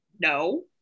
no